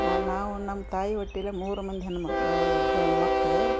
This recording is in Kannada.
ಆ ನಾವು ನಮ್ಮ ತಾಯಿ ಒಟ್ಟಿಲೆ ಮೂರು ಮಂದಿ ಹೆಣ್ಮಗ ಓ ಇವ್ ಗ ಮಕ್ಳ